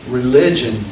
religion